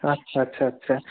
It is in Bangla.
আচ্ছা আচ্ছা আচ্ছা